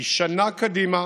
היא שנה קדימה,